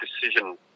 decision